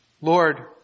Lord